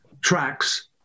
tracks